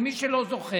למי שלא זוכר.